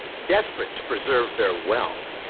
desperate to preserve their wealth,